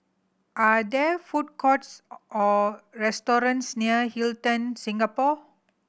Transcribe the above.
are there food courts or restaurants near Hilton Singapore